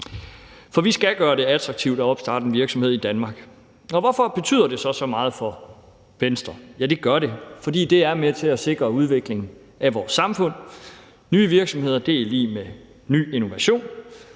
For vi skal gøre det attraktivt at opstarte en virksomhed i Danmark. Og hvorfor betyder det så så meget for Venstre? Det gør det, fordi det er med til at sikre udvikling af vores samfund. Nye virksomheder er lig med ny innovation,